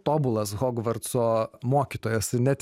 tobulas hogvarco mokytojas net